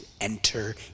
enter